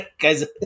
Guys